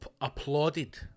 applauded